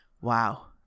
Wow